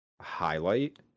highlight